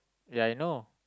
ya I know